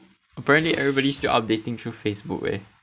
apparently everybody's still updating through facebook leh